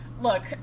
look